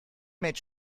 made